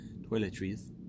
toiletries